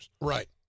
Right